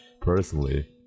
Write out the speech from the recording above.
personally